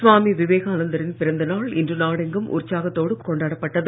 சுவாமி விவேகானந்தரின் பிறந்த நாள் இன்று நாடெங்கும் உற்சாகத்தோடு கொண்டாடப்பட்டது